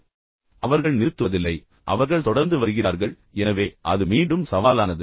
எனவே அவர்கள் நிறுத்துவதில்லை அவர்கள் தொடர்ந்து வருகிறார்கள் எனவே அது மீண்டும் சவாலானது